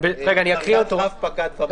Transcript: "דרגת רב פקד ומעלה".